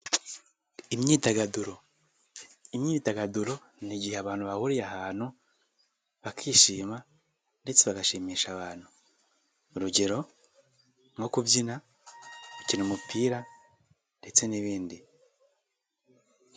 Imyidagaduro, imyidagaduro ni igihe abantu bahuriye ahantu bakishima ndetse bagashimisha abantu, urugero nko kubyina, gukina umupira ndetse n'ibindi.